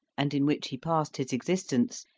and in which he passed his existence,